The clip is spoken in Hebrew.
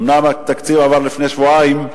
אומנם התקציב עבר לפני שבועיים,